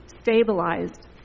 stabilized